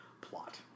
plot